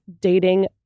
dating